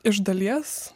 iš dalies